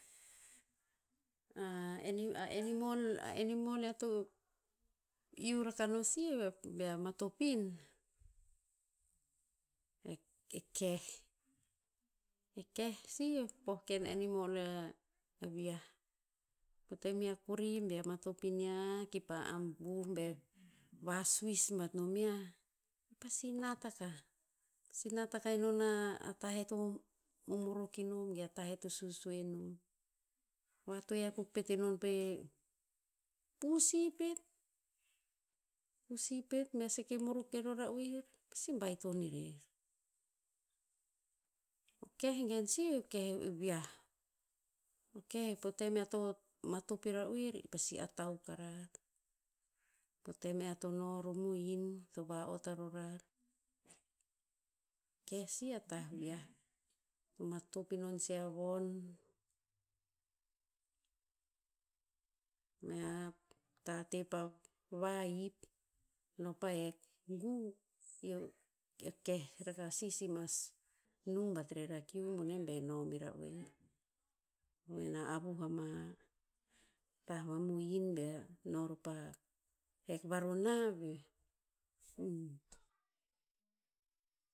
ani- a animal- a animal eo to iu rakah no sih ve, bea matop in, e- e keh. E keh sih o poh ken animal e a vi'ah. Po tem i a kori bea matop iniah ki pa abuh be vasuis bat nom yiah. I pasi nat akah. I pasi nat akah enon a tah e to momorok enom ge a tah e to susue nom. Vatoe akuk pet enon pe pusi pet. Pusi pet bea seke morok ke ro ra'oer, pasi baiton erer. O keh gen sih, o keh o vi'ah. O keh he po tem ear to matop i ra'oer, i pasi atau karar. Po tem ear to no ror mohin, i to va'ot a rorar. Keh sih a tah viah. Matop inon si a von. Mea a tate pa vahip, no pa hek ngu, i o- o keh rakah sih si mas nung bat rer a kiu boneh be no me ra'oer. Oven na avuh a ma tah va mohin bea no ror pa hek varona veh.